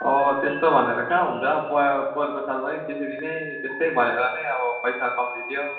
अब त्यस्तो भनेर कहाँ हुन्छ पोहोरको साल पनि त्यसरी नै त्यस्तै भनेर नै अब पैसा कम्ती दियो